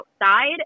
outside